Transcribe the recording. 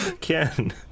Ken